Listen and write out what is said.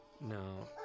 No